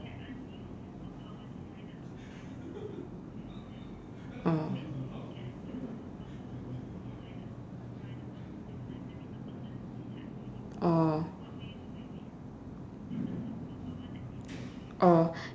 oh